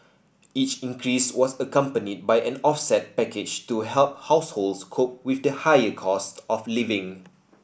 each increase was accompanied by an offset package to help households cope with the higher costs of living